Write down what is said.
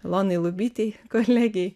ilonai lubytei kolegei